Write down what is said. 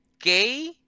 gay